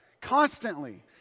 Constantly